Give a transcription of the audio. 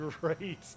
great